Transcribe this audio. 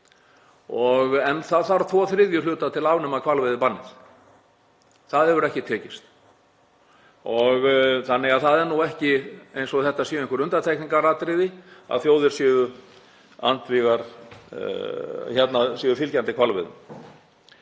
En það þarf tvo þriðju hluta til afnema hvalveiðibannið. Það hefur ekki tekist. Þannig að það er ekki eins og það sé eitthvert undantekningaratriði að þjóðir séu fylgjandi hvalveiðum.